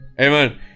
amen